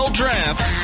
draft